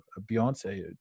Beyonce